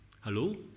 Hello